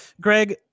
Greg